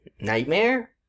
Nightmare